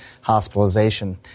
hospitalization